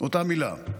אותה מילה,